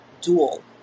dual